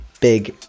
big